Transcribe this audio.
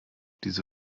diese